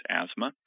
asthma